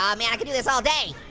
um man, i could do this all day!